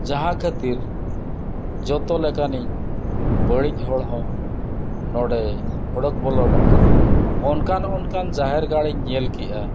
ᱡᱟᱦᱟᱸ ᱠᱷᱟᱹᱛᱤᱨ ᱡᱚᱛᱚ ᱞᱮᱠᱟᱱᱤᱡ ᱵᱟᱹᱲᱤᱡ ᱦᱚᱲ ᱦᱚᱸ ᱱᱚᱰᱮ ᱩᱰᱩᱠ ᱵᱚᱞᱚᱱᱚᱜ ᱠᱟᱱᱟ ᱚᱱᱠᱟᱱ ᱚᱱᱠᱟᱱ ᱡᱟᱦᱮᱨ ᱜᱟᱲ ᱤᱧ ᱧᱮᱞ ᱠᱮᱜᱼᱟ